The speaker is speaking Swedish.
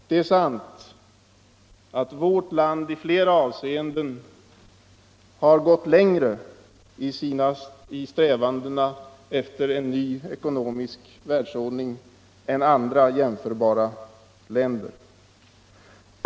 — Det är sant att vårt land i flera avseenden gått längre i strävandena efter en ny ekonomisk världsordning än andra jämförbara länder.